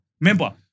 remember